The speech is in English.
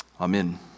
Amen